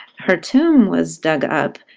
her tomb was dug up,